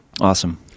awesome